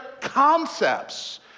concepts